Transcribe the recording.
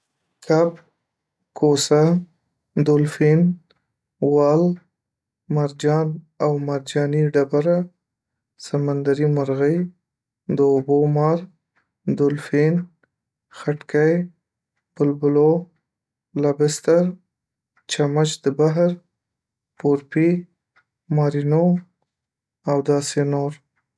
.کب، کوسه، دولفین، وال، مرجان او مرجانی ډبره، سمندري مرغۍ، د ابو مار، دولفین، خټکی، بلبولو، لابستر، چمچ د بحر، پورپي، مارینو او داسي نور